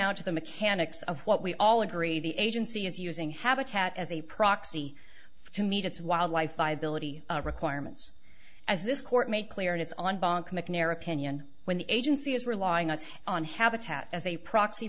now to the mechanics of what we all agree the agency is using habitat as a proxy to meet its wildlife viability requirements as this court made clear in its on bonk macnair opinion when the agency is relying us on habitat as a proxy